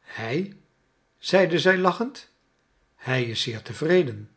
hij zeide zij lachend hij is zeer tevreden